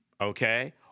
okay